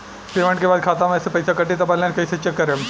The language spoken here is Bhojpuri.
पेमेंट के बाद खाता मे से पैसा कटी त बैलेंस कैसे चेक करेम?